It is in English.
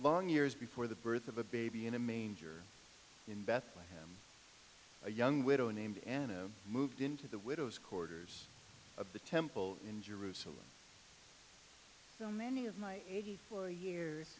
long years before the birth of a baby in a manger in bethlehem a young widow named in a moved into the widow's corridors of the temple in jerusalem so many of my eighty four years